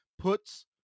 puts